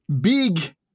big